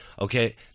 okay